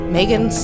Megan